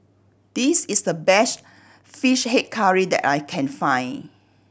this is the best Fish Head Curry that I can find